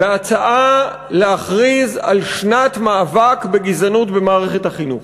בהצעה להכריז על שנת מאבק בגזענות במערכת החינוך.